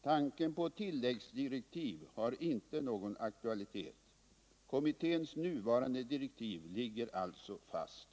Tanken på tilläggsdirektiv har inte någon aktualitet. Kommitténs nuvarande direktiv ligger alltså fast.